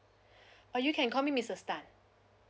uh you can call me misses tan